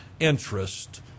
Interest